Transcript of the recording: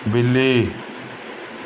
ਬਿੱਲੀ